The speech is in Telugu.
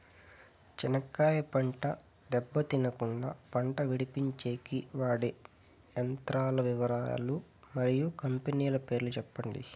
చెనక్కాయ పంట దెబ్బ తినకుండా కుండా పంట విడిపించేకి వాడే యంత్రాల వివరాలు మరియు కంపెనీల పేర్లు చెప్పండి?